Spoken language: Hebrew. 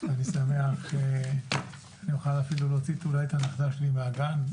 ואני שמח שאני אוכל אפילו להוציא אולי את הנכדה שלי מהגן,